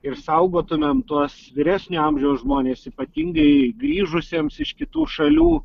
ir saugotumėm tuos vyresnio amžiaus žmones ypatingai grįžusiems iš kitų šalių